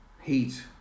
Heat